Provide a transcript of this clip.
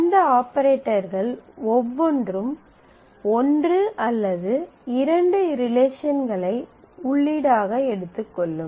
இந்த ஆபரேட்டர்கள் ஒவ்வொன்றும் ஒன்று அல்லது இரண்டு ரிலேஷன்களை உள்ளீடாக எடுத்துக் கொள்ளும்